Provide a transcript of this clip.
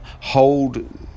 hold